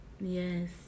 Yes